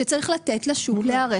שצריך לתת לשוק להיערך לזה.